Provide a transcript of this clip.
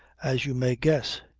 as you may guess.